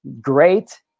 great